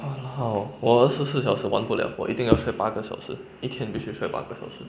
!walao! 我二十四小时玩不了我一定要睡八个小时一天必须睡八个小时